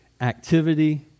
activity